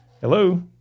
Hello